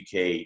uk